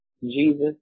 Jesus